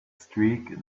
streak